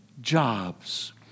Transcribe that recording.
jobs